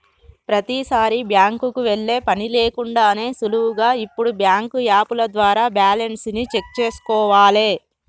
ప్రతీసారీ బ్యాంకుకి వెళ్ళే పని లేకుండానే సులువుగా ఇప్పుడు బ్యాంకు యాపుల ద్వారా బ్యాలెన్స్ ని చెక్ చేసుకోవాలే